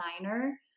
designer